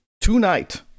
tonight